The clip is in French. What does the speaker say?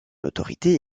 autorité